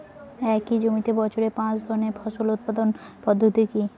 একই জমিতে বছরে পাঁচ ধরনের ফসল উৎপাদন পদ্ধতি কী?